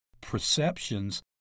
perceptions